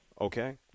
Okay